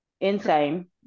insane